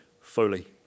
Foley